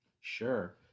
Sure